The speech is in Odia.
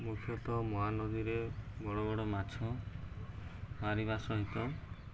ମୁଖ୍ୟତଃ ମହାନଦୀରେ ବଡ଼ ବଡ଼ ମାଛ ମାରିବା ସହିତ